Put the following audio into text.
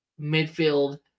midfield